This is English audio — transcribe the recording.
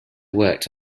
worked